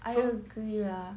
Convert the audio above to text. so